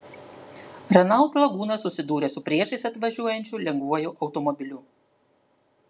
renault laguna susidūrė su priešais atvažiuojančiu lengvuoju automobiliu